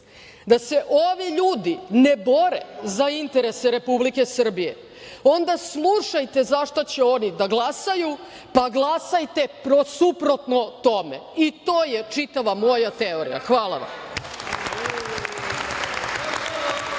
da se ovi ljudi ne bore za interese Republike Srbije, onda slušajte za šta će oni da glasaju pa glasajte suprotno tome i to je čitava moja teorija. Hvala vam.